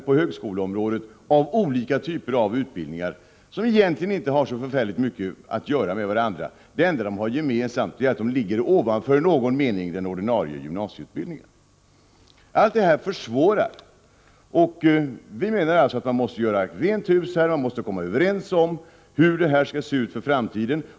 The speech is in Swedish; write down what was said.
På högskoleområdet har vi en flora av olika typer av utbildningar som egentligen inte har så förfärligt mycket med varandra att göra. Det enda de har gemensamt är att de i någon mening ligger ovanför den ordinarie gymnasieutbildningen. Allt detta försvårar. Vi menar att man måste göra rent hus och komma överens om hur det skall se ut i framtiden.